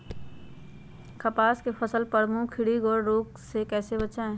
कपास की फसल को प्रमुख कीट और रोग से कैसे बचाएं?